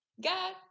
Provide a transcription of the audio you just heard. God